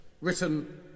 written